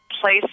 place